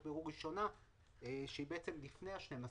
בירור ראשונה שהיא בעצם לפני 12 החודשים.